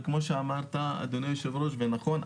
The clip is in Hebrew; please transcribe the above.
וכמו שאמרת אדוני היו"ר נכון,